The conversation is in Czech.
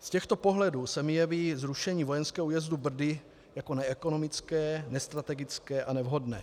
Z těchto pohledů se mi jeví zrušení vojenského újezdu Brdy jako neekonomické, nestrategické a nevhodné.